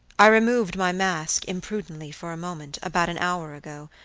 i removed my mask imprudently for a moment, about an hour ago,